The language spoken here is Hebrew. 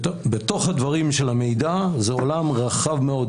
בדברים של המידע זה עולם רחב מאוד,